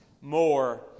more